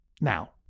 Now